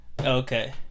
Okay